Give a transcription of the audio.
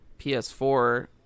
PS4